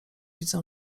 widzę